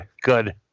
good